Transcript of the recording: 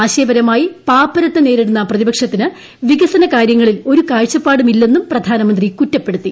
ആശയപരമായി പാപ്പരത്തം നേരിടുന്ന പ്രതിപക്ഷത്തിന് വികസന കാര്യങ്ങളിൽ ഒരു കാഴ്ചപ്പാടുമില്ലെന്നും പ്രധാനമന്ത്രി കുറ്റപ്പെടുത്തി